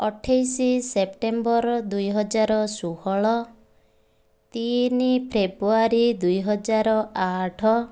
ଅଠେଇଶ ସେପ୍ଟେମ୍ବର ଦୁଇହଜାର ଷୋହଳ ତିନି ଫେବୃୟାରୀ ଦୁଇହଜାର ଆଠ